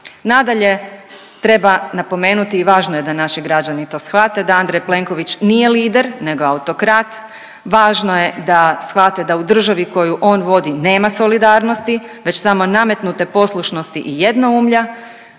Nadalje, treba napomenuti i važno je da naši građani to shvate da Andrej Plenković nije lider nego autokrat, važno je shvate da u državi koju on vodi nema solidarnosti već samo nametnute poslušnosti i jednoumlja